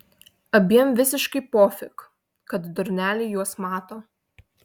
abiem visiškai pofik kad durneliai juos mato